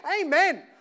Amen